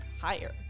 higher